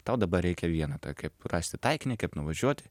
tau dabar reikia vieną tą kaip rasti taikinį kaip nuvažiuoti